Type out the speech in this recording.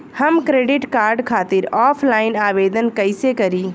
हम credit card खातिर offline आवेदन कइसे करि?